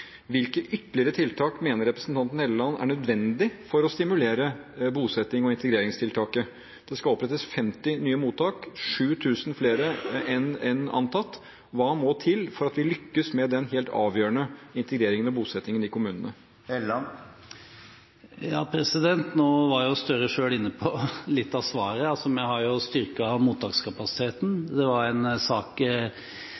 Hvilke ytterligere tiltak mener representanten Helleland er nødvendig for å stimulere bosettings- og integreringstiltaket? Det skal opprettes 50 nye mottak, 7 000 flere mennesker enn antatt. Hva må til for at vi skal lykkes med den helt avgjørende integreringen og bosettingen i kommunene? Nå var Gahr Støre selv inne på litt av svaret. Vi har styrket mottakskapasiteten. Det var en sak